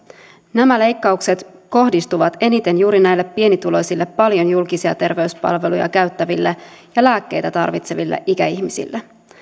nämä leikkaukset kohdistuvat eniten juuri näille pienituloisille paljon julkisia terveyspalveluja käyttäville ja lääkkeitä tarvitseville ikäihmisille